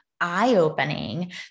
eye-opening